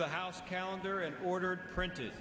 the house calendar and ordered printed